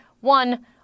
one